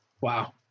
Wow